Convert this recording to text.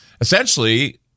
essentially